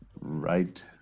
Right